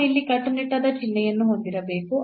ನಾವು ಇಲ್ಲಿ ಕಟ್ಟುನಿಟ್ಟಾದ ಚಿಹ್ನೆಯನ್ನು ಹೊಂದಿರಬೇಕು